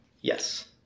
Yes